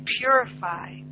purify